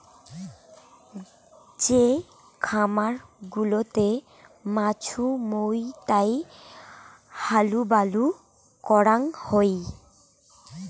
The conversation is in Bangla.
যে খামার গুলাতে মাছুমৌতাই হালুবালু করাং হই